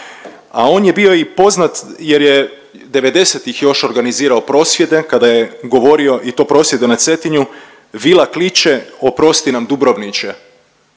A on je bio i poznat jer je devedesetih još organizirao prosvjede kada je govorio i to prosvjede na Cetinju Vila kliče oprosti nam Dubrovniče.